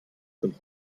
sind